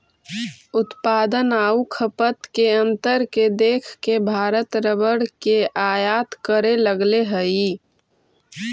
उत्पादन आउ खपत के अंतर के देख के भारत रबर के आयात करे लगले हइ